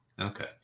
Okay